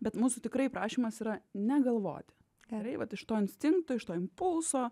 bet mūsų tikrai prašymas yra negalvoti gerai vat iš to instinkto iš to impulso